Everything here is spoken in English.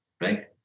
right